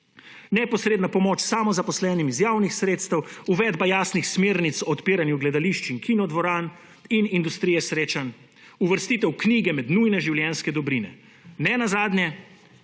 neposredna pomoč samozaposlenim iz javnih sredstev, uvedba jasnih smernic o odpiranju gledališč in kinodvoran in industrije srečanj, uvrstitev knjige med nujne življenjske dobrine. Ne nazadnje